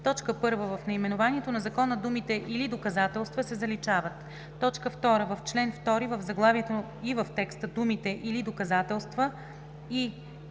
1. В наименованието на Закона думите „или доказателства“ се заличават. 2. В чл. 2 в заглавието и в текста думите „или доказателства“ и „или